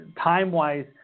time-wise